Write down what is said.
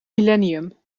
millennium